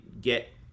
get